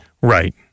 Right